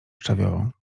szczawiową